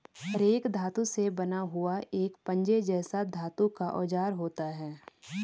rake धातु से बना हुआ एक पंजे जैसा धातु का औजार होता है